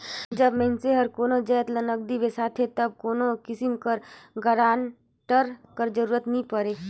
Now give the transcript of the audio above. जब मइनसे हर कोनो जाएत ल नगदी बेसाथे तब कोनो किसिम कर गारंटर कर जरूरत नी परे